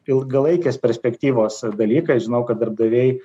ilgalaikės perspektyvos dalykai aš žinau kad darbdaviai